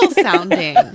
sounding